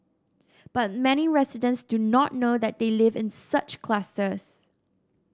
but many residents do not know that they live in such clusters